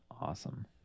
Awesome